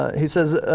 he says,